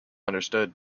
understood